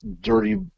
dirty